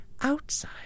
outside